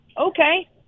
okay